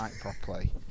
properly